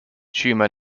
tumor